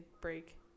break